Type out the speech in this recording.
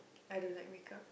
I don't like makeup